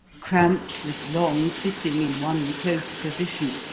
cramped with long sitting in one close position,